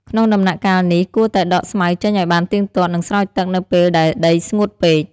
ក្នុងដំណាក់កាលនេះ គួរតែដកស្មៅចេញឱ្យបានទៀងទាត់ និងស្រោចទឹកនៅពេលដែលដីស្ងួតពេក។